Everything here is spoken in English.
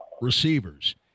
receivers